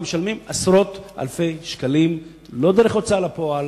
ומשלמים עשרות אלפי שקלים, לא דרך ההוצאה לפועל,